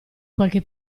qualche